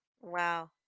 Wow